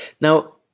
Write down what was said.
Now